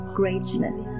greatness